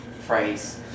phrase